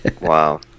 Wow